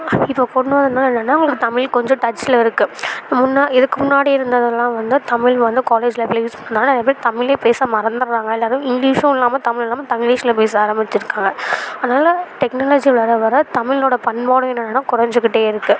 இப்போ கொண்டு வந்ததுனால் என்னென்னா அவங்களுக்கு தமிழ் கொஞ்சம் டச்சில் இருக்குது முன்னா இதுக்கு முன்னாடி இருந்ததெல்லாம் வந்து தமிழ் வந்து காலேஜ் லைஃப்பில் யூஸ் பண்ணுறாங்க நிறையா பேர் தமிழ் பேச மறந்துடுறாங்க எல்லோரும் இங்கிலீஷும் இல்லாமல் தமிழும் இல்லாமல் தங்க்லீஷில் பேச ஆரம்பிச்சிருக்காங்க அதனால் டெக்னாலஜி வர வர தமிழோட பண்பாடும் என்னென்னனா கொறைஞ்சிக்கிட்டே இருக்குது